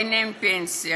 אין להם פנסיה,